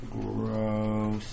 Gross